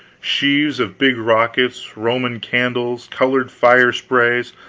sheaves of big rockets, roman candles, colored fire sprays,